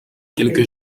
quelque